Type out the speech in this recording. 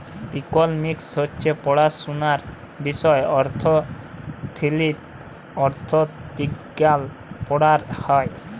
economics হছে পড়াশুলার বিষয় অথ্থলিতি, অথ্থবিজ্ঞাল পড়াল হ্যয়